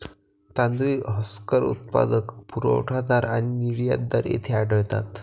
तांदूळ हस्कर उत्पादक, पुरवठादार आणि निर्यातदार येथे आढळतात